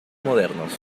modernos